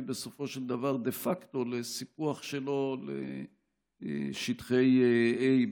בסופו של דבר דה פקטו לסיפוח שלו לשטחי A,